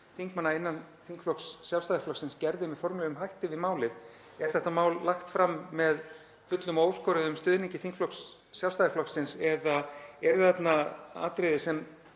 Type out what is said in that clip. þingmanna innan þingflokks Sjálfstæðisflokksins gerðu með formlegum hætti við málið? Er þetta mál lagt fram með fullum og óskoruðum stuðningi þingflokks Sjálfstæðisflokksins eða eru þarna atriði sem